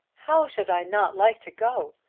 how should i not like to go?